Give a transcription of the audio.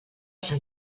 sant